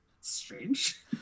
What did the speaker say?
strange